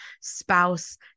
spouse